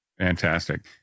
Fantastic